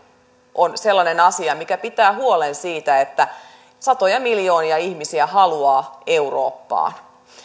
on sellainen asia mikä pitää huolen siitä että satoja miljoonia ihmisiä haluaa eurooppaan